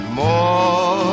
more